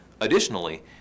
Additionally